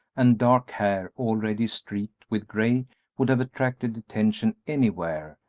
and dark hair already streaked with gray would have attracted attention anywhere,